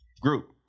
group